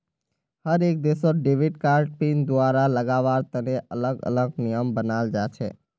हर एक देशत debit card pin दुबारा लगावार तने अलग अलग नियम बनाल जा छे